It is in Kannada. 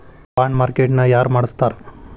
ಬಾಂಡ್ಮಾರ್ಕೇಟ್ ನ ಯಾರ್ನಡ್ಸ್ತಾರ?